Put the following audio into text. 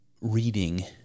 reading